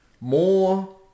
more